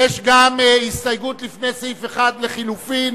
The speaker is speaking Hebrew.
ג'מאל זחאלקה וחנין זועבי לפני סעיף 1 לא נתקבלה.